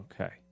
Okay